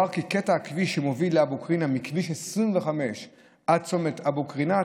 הובהר כי קטע הכביש שמוביל לאבו קרינאת מכביש 25 עד צומת אבו קרינאת,